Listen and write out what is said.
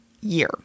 year